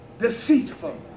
deceitful